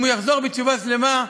אם הוא יחזור בתשובה שלמה,